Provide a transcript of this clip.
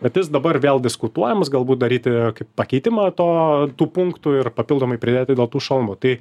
kad jis dabar vėl diskutuojamas galbūt daryti kaip pakeitimą to tų punktų ir papildomai pridėti dėl tų šalmo tai